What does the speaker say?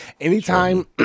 Anytime